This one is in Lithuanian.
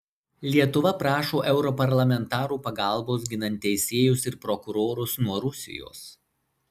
lietuva prašo europarlamentarų pagalbos ginant teisėjus ir prokurorus nuo rusijos